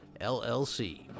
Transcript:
LLC